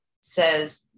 says